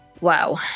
Wow